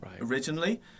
originally